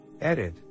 Edit